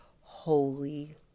holy